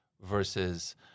versus